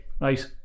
Right